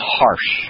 harsh